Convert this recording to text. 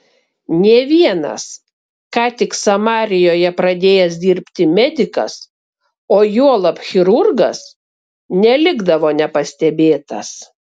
nė vienas ką tik samarijoje pradėjęs dirbti medikas o juolab chirurgas nelikdavo nepastebėtas